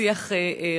שיח ער.